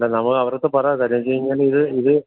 അല്ല നമ്മളുടെ അവരുടെ അടുത്ത് പറ കാര്യമെന്താണെന്നു വച്ചാൽ ഇങ്ങനെ ഇത്